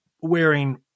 wearing